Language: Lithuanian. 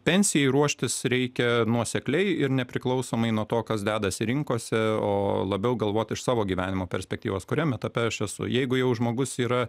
pensijai ruoštis reikia nuosekliai ir nepriklausomai nuo to kas dedasi rinkose o labiau galvot iš savo gyvenimo perspektyvos kuriame etape aš esu jeigu jau žmogus yra